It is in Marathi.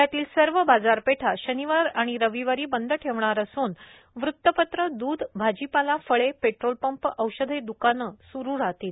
जिल्ह्यातील सर्व बाजारपेठा शनिवार आणि रविवारी बंद ठेवणार अस्न वृतपत्र द्ध भाजीपाला फळे पेट्रोल पंप औषध दुकाने सुरु राहतील